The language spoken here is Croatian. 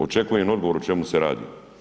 Očekujem odgovor o čemu se radi.